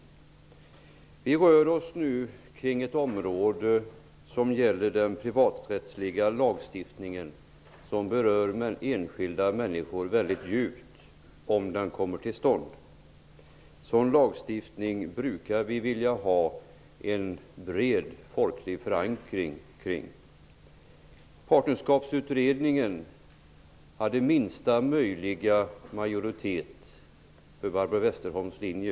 Vi rör oss nu kring ett område som gäller den privaträttsliga lagstiftningen. Om denna lagstiftning kommer till stånd kommer den att beröra enskilda människor väldigt djupt. En sådan här lagstiftning brukar vi vilja ha en bred folklig förankring kring. I Partnerskapskommittén blev det minsta möjliga majoritet för Barbro Westerholms linje.